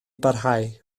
barhau